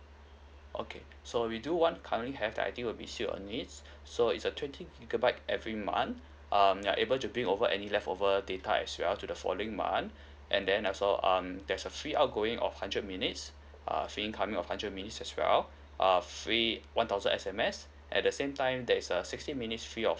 okay so we do one currently have that I think will be suite your needs so it's a twenty gigabyte every month um you are able to bring over any leftover data as well to the following month and then also um there's a free outgoing of hundred minutes uh free incoming of hundred minutes as well uh free one thousand S_M_S at the same time there is a sixty minutes free of